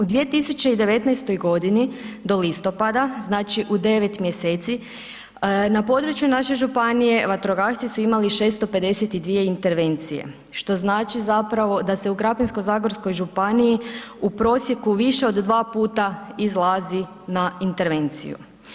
U 2019.g. do listopada, znači u 9 mjeseci na području naše županije vatrogasci su imali 652 intervencije što znači zapravo da se u Krapinsko-zagorskoj županiji u prosjeku više od dva puta izlazi na intervenciju.